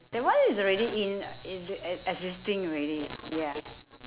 that one is already in uh in e ~existing already ya